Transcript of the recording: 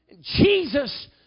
Jesus